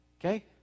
Okay